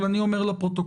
אבל, אני אומר לפרוטוקול: